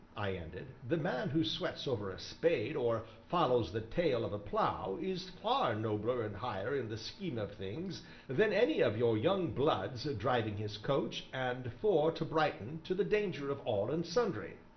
i ended, the man who sweats over a spade or follows the tail of a plough is far nobler and higher in the scheme of things than any of your young bloods driving his coach and four to brighton to the danger of all and sundry.